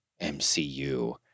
MCU